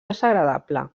desagradable